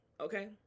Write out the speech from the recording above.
Okay